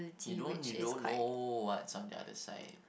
you don't you don't know what's on the other side